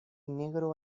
negro